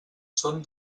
són